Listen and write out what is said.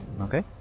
Okay